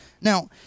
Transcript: Now